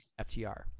FTR